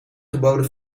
geboden